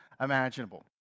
imaginable